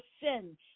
sin